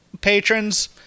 patrons